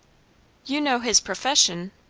you know his profession?